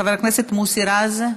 חבר הכנסת מוסי רז,